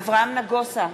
נגד אברהם נגוסה,